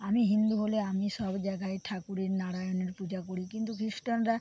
আমি হিন্দু বলে আমি সব জায়গায় ঠাকুরের নারায়ণের পূজা করি কিন্তু খ্রিস্টানরা